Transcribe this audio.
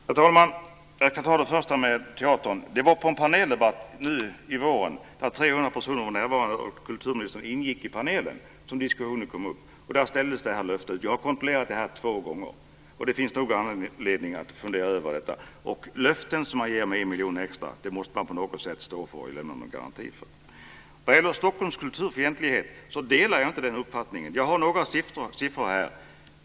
Herr talman! Låt mig börja med Gotlands länsteater. Det var på en paneldebatt i våras, där 300 personer var närvarande och kulturministern ingick i panelen, som diskussionen kom upp. Då ställdes det här löftet ut. Jag har kontrollerat detta två gånger. Det finns nog anledning att fundera över detta. Löften som man ger om 1 miljon extra måste man på något sätt stå för eller lämna någon garanti för. Vad gäller Stockholms kulturfientlighet delar jag inte denna uppfattning. Jag har några siffror här.